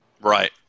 Right